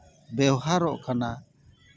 ᱵᱮᱣᱦᱟᱨᱚᱜ ᱠᱟᱱᱟ